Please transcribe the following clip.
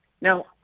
Now